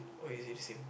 or is it the same